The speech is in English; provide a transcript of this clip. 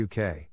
UK